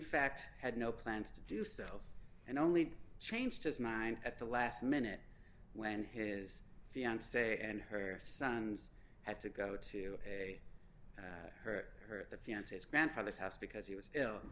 fact had no plans to do self and only changed his mind at the last minute when his fiance and her sons had to go to a her her at the fiance's grandfather's house because he was ill